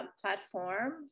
platform